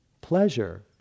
pleasure